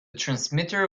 transmitter